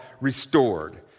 Restored